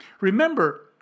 Remember